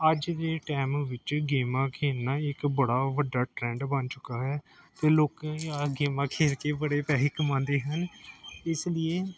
ਅੱਜ ਦੇ ਟਾਈਮ ਵਿੱਚ ਗੇਮਾਂ ਖੇਡਣਾ ਇੱਕ ਬੜਾ ਵੱਡਾ ਟਰੈਂਡ ਬਣ ਚੁੱਕਾ ਹੈ ਅਤੇ ਲੋਕ ਗੇਮਾਂ ਖੇਡ ਕੇ ਬੜੇ ਪੈਸੇ ਕਮਾਉਂਦੇ ਹਨ ਇਸ ਲਈ